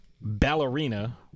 Ballerina